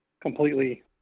completely